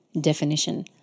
definition